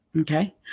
okay